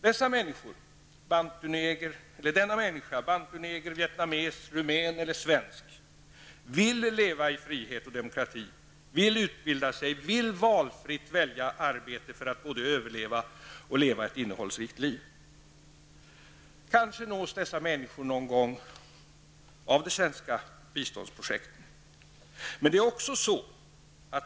Varje människa -- vare sig hon är bantuneger, vietnames, rumän eller svensk -- vill leva i frihet och demokrati, vill utbilda sig, vill kunna välja arbete både för att kunna överleva och för att kunna leva ett innehållsrikt liv. Dessa människor nås kanske någon gång av de svenska biståndsprojekten.